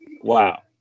Wow